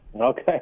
Okay